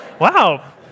Wow